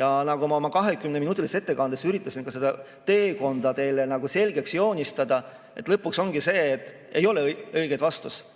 Nagu ma oma 20-minutilises ettekandes üritasin ka seda teekonda teile selgeks joonistada, lõpuks ongi nii, et ei ole õiget vastust.